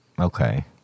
Okay